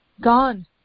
gone